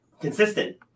consistent